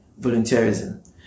volunteerism